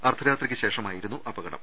അർദ്ധരാത്രിക്ക് ശേഷമായി രുന്നു അപകടം